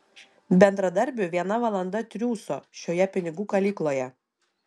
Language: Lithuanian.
bendradarbiui viena valanda triūso šioje pinigų kalykloje